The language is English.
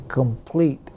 complete